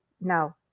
no